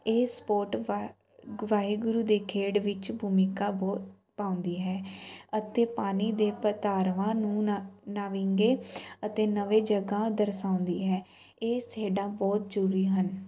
ਇਹ ਸਪੋਰਟ ਵਾ ਵਾਹਿਗੁਰੂ ਦੇ ਖੇਡ ਵਿੱਚ ਭੂਮਿਕਾ ਬਹੁ ਪਾਉਂਦੀ ਹੈ ਅਤੇ ਪਾਣੀ ਦੇ ਪਤਾਰਵਾਂ ਨੂੰ ਨ ਨਵੀਂਗੇ ਅਤੇ ਨਵੇਂ ਜਗ੍ਹਾ ਦਰਸਾਉਂਦੀ ਹੈ ਇਹ ਖੇਡਾਂ ਬਹੁਤ ਜ਼ਰੂਰੀ ਹਨ